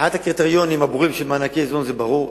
מבחינת הקריטריונים הברורים של מענקי איזון זה ברור,